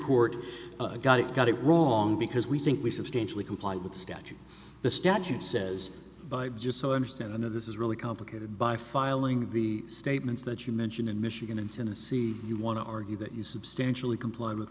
court got it got it wrong because we think we substantially comply with the statute the statute says just so i understand that this is really complicated by filing the statements that you mentioned in michigan in tennessee you want to argue that you substantially comply with